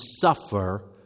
suffer